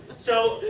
so,